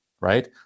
right